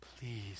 please